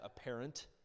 apparent